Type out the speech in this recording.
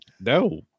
no